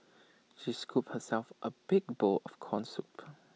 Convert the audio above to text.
she scooped herself A big bowl of Corn Soup